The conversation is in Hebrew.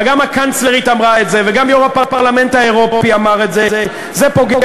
וגם הקנצלרית אמרה את זה וגם יושב-ראש הפרלמנט האירופי אמר את זה.